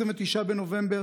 29 בנובמבר,